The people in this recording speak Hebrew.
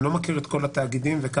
אני לא מכיר את כל התאגידים --- במבנה,